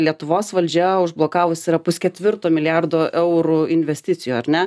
lietuvos valdžia užblokavus yra pusketvirto milijardo eurų investicijų ar ne